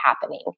happening